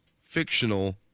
fictional